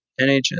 NHS